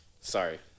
sorry